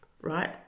right